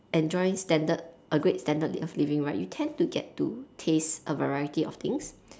enjoy standard a great standard of living right you tend to get to taste a variety of things